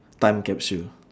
time capsule